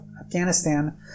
afghanistan